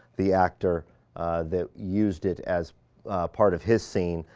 the actor that used it as part of his scene.